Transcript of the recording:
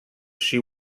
she